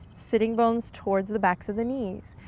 sitting bones towards the backs of the knees.